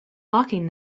locking